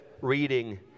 reading